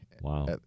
Wow